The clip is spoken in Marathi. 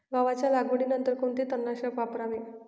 गव्हाच्या लागवडीनंतर कोणते तणनाशक वापरावे?